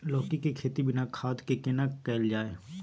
लौकी के खेती बिना खाद के केना कैल जाय?